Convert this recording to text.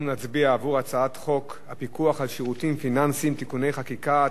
אנחנו נצביע על הצעת חוק הפיקוח על שירותים פיננסיים (תיקוני חקיקה),